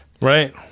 right